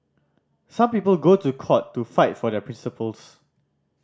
some people go to court to fight for their principles